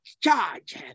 charge